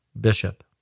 Bishop